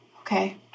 Okay